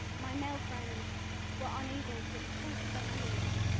my male friends were unable to express their feelings.